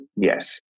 yes